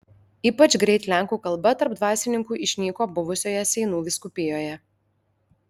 ypač greit lenkų kalba tarp dvasininkų išnyko buvusioje seinų vyskupijoje